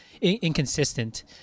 inconsistent